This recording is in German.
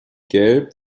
gelb